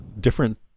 different